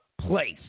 place